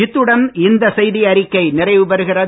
இத்துடன் இந்த செய்தியறிக்கை நிறைவுபெறுகிறது